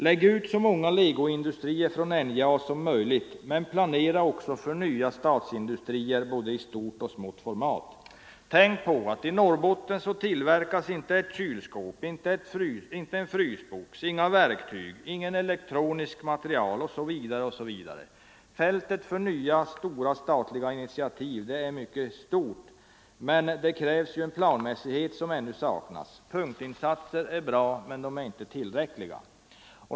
Lägg ut så många legoindustrier från NJA som möjligt, men planera också för nya statsindustrier i både stort och smått format! Tänk på att i Norrbotten tillverkas inte ett kylskåp, inte en frysbox, inga verktyg, ingen elektronisk materiel osv.! Fältet för nya, stora statliga initiativ är mycket vitt, men det krävs en planmässighet som ännu saknas. Punktinsatser är bra, men de är inte tillräckliga.